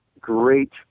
great